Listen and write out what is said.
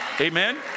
Amen